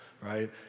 right